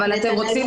אתם רוצים